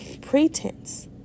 pretense